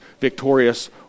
victorious